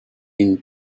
dew